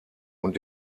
und